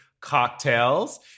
Cocktails